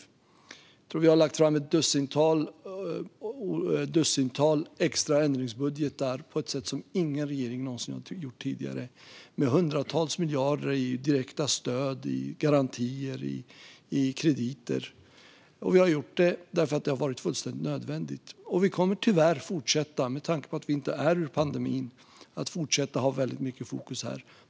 Jag tror att vi har lagt fram ett dussintal extra ändringsbudgetar på ett sätt som ingen regering någonsin har gjort tidigare med hundratals miljarder i direkta stöd, i garantier och i krediter. Vi har gjort det därför att det har varit fullständigt nödvändigt, och vi kommer tyvärr att fortsätta att ha mycket fokus på detta med tanke på att vi inte är ur pandemin.